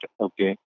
okay